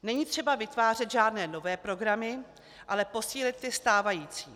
Není třeba vytvářet žádné nové programy, ale posílit ty stávající.